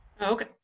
Okay